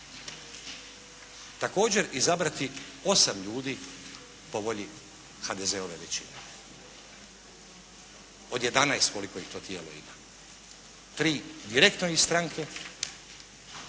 također izabrati osam ljudi po volji HDZ-ove većine, od 11 koliko ih to tijelo ima. Tri direktno iz stranke